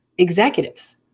Executives